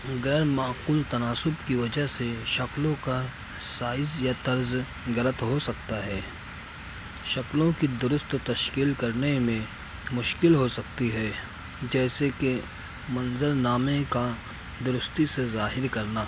غیر معقول تناسب کی وجہ سے شکلوں کا سائز یا طرز غلط ہو سکتا ہے شکلوں کی درست تشکیل کرنے میں مشکل ہو سکتی ہے جیسے کہ منظر نامے کا درستی سے ظاہر کرنا